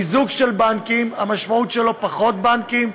מיזוג של בנקים, המשמעות שלו היא פחות בנקים,